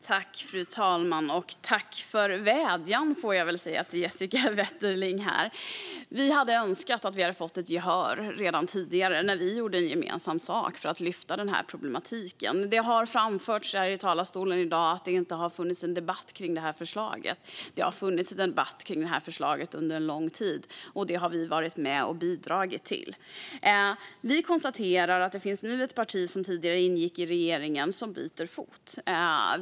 Fru talman! Tack för vädjan, Jessica Wetterling! Vi hade önskat att vi hade fått gehör redan tidigare, när vi gjorde gemensam sak för att lyfta fram problematiken. Det har framförts här i dag att det inte har funnits debatt kring förslaget. Det har funnits en debatt om det under en lång tid, och den har vi varit med och bidragit till. Ett parti som tidigare ingick i regeringen har nu bytt fot.